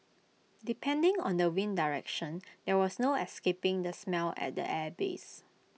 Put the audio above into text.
depending on the wind direction there was no escaping the smell at the airbase